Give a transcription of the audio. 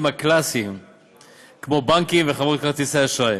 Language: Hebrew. הקלאסיים כמו בנקים וחברות כרטיסי אשראי.